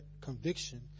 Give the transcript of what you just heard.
conviction